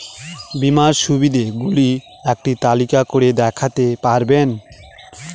বীমার সুবিধে গুলি একটি তালিকা করে দেখাতে পারবেন?